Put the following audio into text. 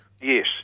Yes